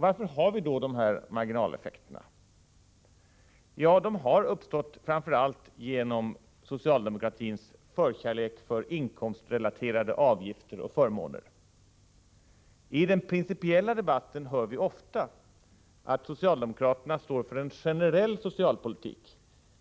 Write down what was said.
Varför har vi då de här marginaleffekterna? Ja, de har uppstått framför allt genom socialdemokratins förkärlek för inkomstrelaterade avgifter och förmåner. I den principiella debatten hör vi ofta att socialdemokraterna står för en generell socialpolitik